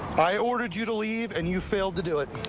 i ordered you to leave, and you failed to do it.